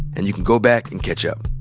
and you can go back and catch up.